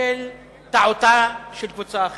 בשל טעותה של קבוצה אחרת.